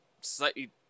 slightly